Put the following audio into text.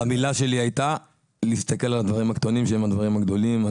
אבל המילה שלי הייתה להסתכל על הדברים הקטנים שהם הדברים הגדולים.